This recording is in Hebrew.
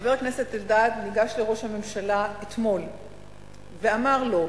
חבר הכנסת אלדד ניגש לראש הממשלה אתמול ואמר לו: